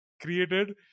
created